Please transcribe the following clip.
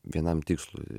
vienam tikslui